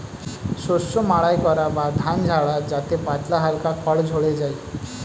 শস্য মাড়াই করা বা ধান ঝাড়া যাতে পাতলা হালকা খড় ঝড়ে যায়